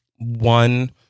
one